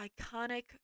iconic